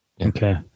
Okay